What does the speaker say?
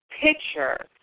picture